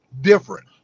different